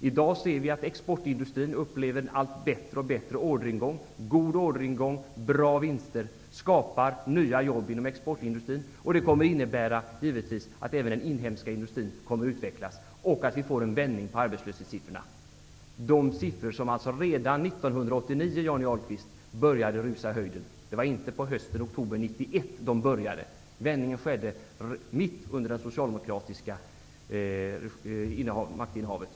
I dag upplever exportindustrin att orderingången blir allt bättre. Det är alltså god orderingång och bra vinster. Därigenom skapas nya jobb inom exportindustrin. Det kommer givetvis att innebära att även den inhemska industrin utvecklas och att vi får en vändning beträffande arbetslöshetssiffrorna. De talen började redan 1989 att rusa i höjden, Johnny Ahlqvist! Det var inte i oktober 1991 som det började, utan vändningen skedde mitt under det socialdemokratiska maktinnehavet.